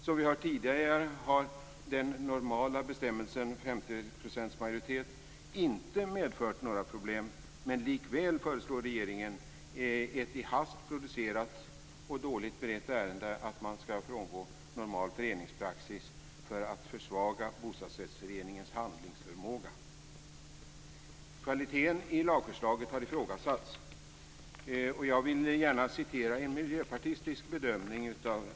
Som vi hörde tidigare har den normala bestämmelsen om 50 % majoritet inte medfört några problem, men likväl föreslår regeringen i ett i hast producerat och dåligt förberett ärende att man skall frångå normal föreningspraxis för att försvaga bostadsrättsföreningens handlingsförmåga. Kvaliteten i lagförslaget har ifrågasatts. Jag vill återge en miljöpartistisk bedömning.